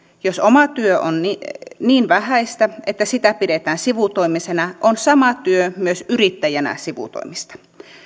jos oma työ on niin vähäistä että sitä pidetään sivutoimisena on sama työ myös yrittäjänä sivutoimista